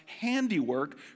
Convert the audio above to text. handiwork